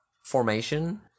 Formation